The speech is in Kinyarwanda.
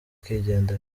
akigendera